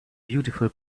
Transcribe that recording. beautiful